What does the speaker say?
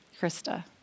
Krista